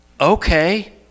Okay